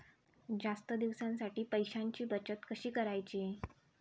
जास्त दिवसांसाठी पैशांची बचत कशी करायची?